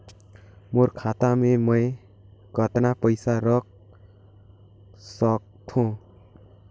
मोर खाता मे मै कतना पइसा रख सख्तो?